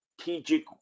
strategic